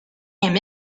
him